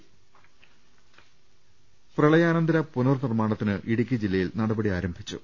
ലലലലലലലലലലലല പ്രളയാനന്തര പുനർനിർമ്മാണത്തിന് ഇടുക്കി ജില്ലയിൽ നടപടി ആരംഭിച്ചു